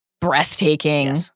breathtaking